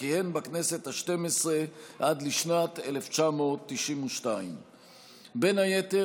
וכיהן בכנסת השתים-עשרה עד לשנת 1992. בין היתר